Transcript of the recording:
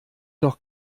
doch